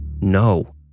No